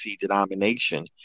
denomination